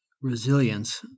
resilience